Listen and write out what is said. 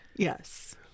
Yes